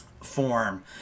form